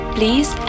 Please